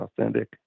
authentic